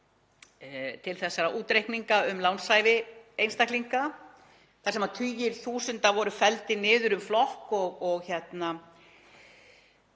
til þessara útreikninga um lánshæfi einstaklinga þar sem tugir þúsunda voru felldir niður um flokk. Þetta